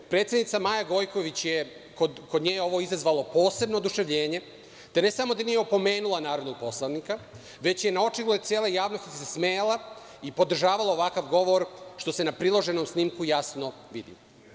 Kod predsednice Maje Gojković je ovo izazvalo posebno oduševljenje, te ne samo da nije opomenula narodnog poslanika, već se na očigled cele javnosti smejala i podržavala ovakav govor, što se na priloženom snimku jasno vidi.